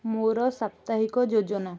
ମୋର ସାପ୍ତାହିକ ଯୋଜନା